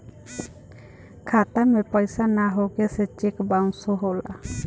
खाता में पइसा ना होखे से चेक बाउंसो होला